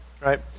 right